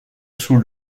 sous